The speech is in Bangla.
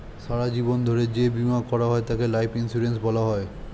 সারা জীবন ধরে যে বীমা করা হয় তাকে লাইফ ইন্স্যুরেন্স বলা হয়